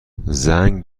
زنگ